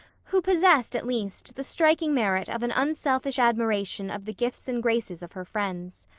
who possessed, at least, the striking merit of an unselfish admiration of the gifts and graces of her friends.